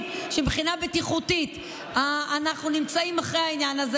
שמבחינה בטיחותית אנחנו נמצאים אחרי העניין הזה,